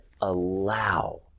allow